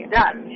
done